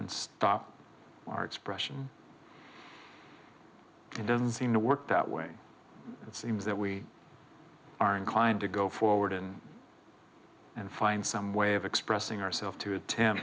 and stop our expression it doesn't seem to work that way it seems that we are inclined to go forward in and find some way of expressing ourselves to attempt